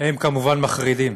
הם כמובן מחרידים,